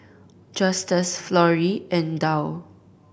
Justus Florrie and Dow